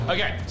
Okay